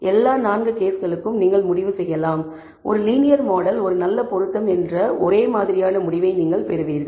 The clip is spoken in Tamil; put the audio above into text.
எல்லா 4 கேஸ்களுக்கும் நீங்கள் முடிவு செய்யலாம் ஒரு லீனியர் மாடல் ஒரு நல்ல பொருத்தம் என்ற ஒரே மாதிரியான முடிவை நீங்கள் பெறுவீர்கள்